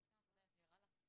אתם עשוים עבודה טובה.